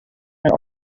and